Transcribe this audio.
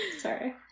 Sorry